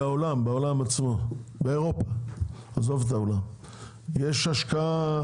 באירופה יש השקעה,